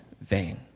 vain